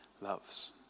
loves